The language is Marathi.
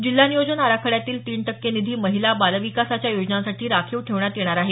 जिल्हा नियोजन आराखड्यातील तीन टक्के निधी महिला बालविकासाच्या योजनांसाठी राखीव ठेवण्यात येणार आहे